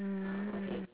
mm